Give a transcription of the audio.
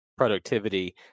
productivity